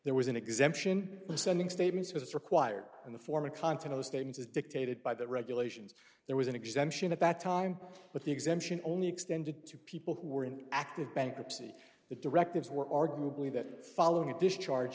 there was an exemption sending statements was required in the form and content of the statement as dictated by the regulations there was an exemption at that time but the exemption only extended to people who were in active bankruptcy the directives were arguably that following up this charge